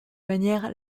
manière